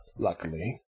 Luckily